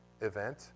event